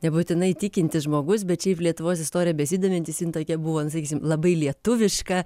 nebūtinai tikintis žmogus bet šiaip lietuvos istorija besidomintis jin tokia buvo sakysim labai lietuviška